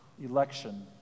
election